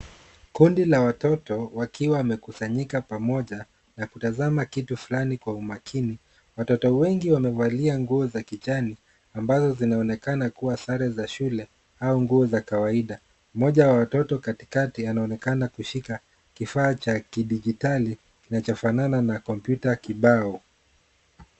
Kundi la watoto, wakiwa wamekusanyika pamoja na kutazama kitu fulani kwa umakini. Watoto wengi wamevalia nguo za kijani, ambazo zinaonekana kuwa sare za shule au nguo za kawaida. Mmoja wa watoto katikati anaonekana kushika kifaa cha kidigitali kinachofanana na kompyuta kibao.